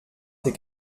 tes